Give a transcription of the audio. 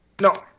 No